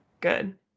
good